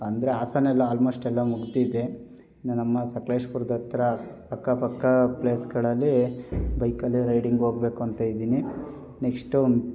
ಅಂದರೆ ಹಾಸನ್ ಎಲ್ಲ ಆಲ್ಮೋಷ್ಟ್ ಎಲ್ಲ ಮುಗಿದಿದೆ ಇನ್ನು ನಮ್ಮ ಸಕ್ಲೇಶ್ಪುರ್ದ ಹತ್ರ ಅಕ್ಕಪಕ್ಕ ಪ್ಲೇಸ್ಗಳಲ್ಲಿ ಬೈಕಲ್ಲಿ ರೈಡಿಂಗ್ ಹೋಗ್ಬೇಕು ಅಂತ ಇದ್ದೀನಿ ನೆಕ್ಸ್ಟು